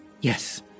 Yes